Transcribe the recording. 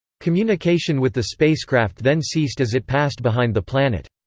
communication with the spacecraft then ceased as it passed behind the planet.